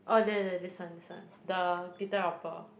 oh there there this one this one the glitter romper